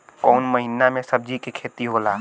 कोउन महीना में सब्जि के खेती होला?